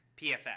PFF